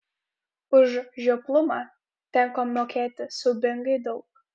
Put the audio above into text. už žioplumą tenka mokėti siaubingai daug